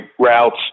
routes